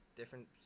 different